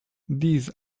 these